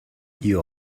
you